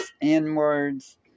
inwards